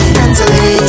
mentally